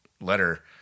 letter